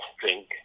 drink